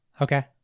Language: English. Okay